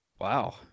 Wow